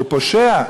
הוא פושע?